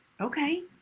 Okay